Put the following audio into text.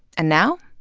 and now?